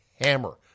hammer